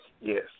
yes